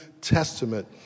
Testament